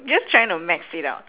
just trying to max it out